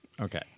Okay